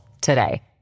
today